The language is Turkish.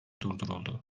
durduruldu